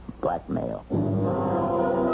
Blackmail